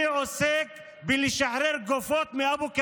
אני עוסק בלשחרר גופות מאבו כביר.